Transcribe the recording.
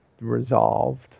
resolved